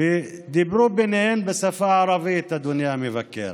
ודיברו ביניהן בשפה הערבית, אדוני המבקר.